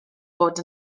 fod